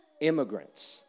immigrants